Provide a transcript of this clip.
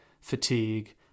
fatigue